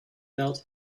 felt